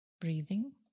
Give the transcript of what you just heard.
breathing